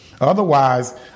Otherwise